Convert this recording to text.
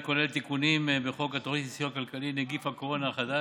כוללת תיקונים בחוק התוכנית לסיוע כלכלי (נגיף הקורונה החדש)